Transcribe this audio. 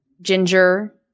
ginger